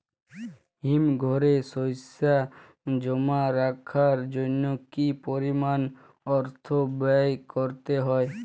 হিমঘরে শসা জমা রাখার জন্য কি পরিমাণ অর্থ ব্যয় করতে হয়?